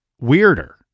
weirder